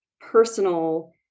personal